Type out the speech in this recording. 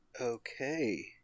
Okay